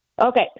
Okay